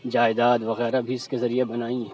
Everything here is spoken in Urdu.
جائیداد وغیرہ بھی اس کے ذریعے بنائی ہیں